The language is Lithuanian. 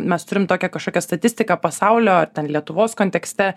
mes turim tokią kažkokią statistiką pasaulio ar ten lietuvos kontekste